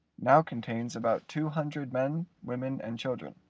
now contains about two hundred men, women, and children.